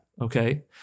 okay